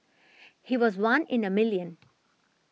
he was one in a million